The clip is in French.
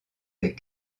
des